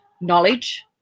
knowledge